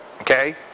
Okay